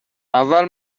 اول